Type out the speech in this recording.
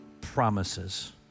promises